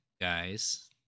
guys